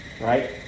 right